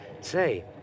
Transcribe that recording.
Say